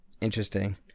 Interesting